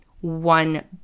one